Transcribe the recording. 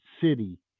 city